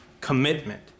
commitment